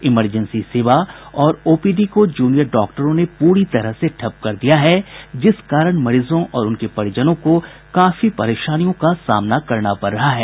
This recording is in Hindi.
इमरजेंसी सेवा और ओपीडी को जूनियर डॉक्टरों ने पूरी तरह से ठप कर दिया है जिस कारण मरीजों और उनके परिजनों को काफी परेशानियों का सामना करना पड़ रहा है